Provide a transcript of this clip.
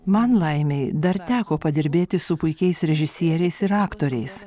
man laimei dar teko padirbėti su puikiais režisieriais ir aktoriais